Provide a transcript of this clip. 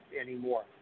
anymore